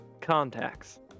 contacts